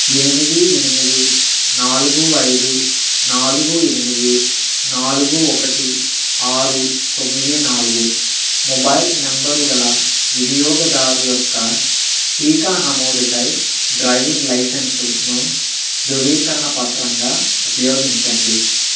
ఎనిమిది ఎనిమిది నాలుగు ఐదు నాలుగు ఎనిమిది నాలుగు ఒకటి ఆరు తొమ్మిది నాలుగు మొబైల్ నంబరు గల వినియోగదారు యొక్క టీకా నమోదుకై డ్రైవింగ్ లైసెన్సును ధృవీకరణ పత్రంగా ఉపయోగించండి